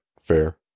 fair